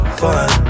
fun